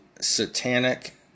satanic